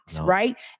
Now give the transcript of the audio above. right